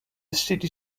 city